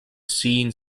seen